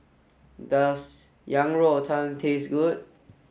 does Yang Rou Tang taste good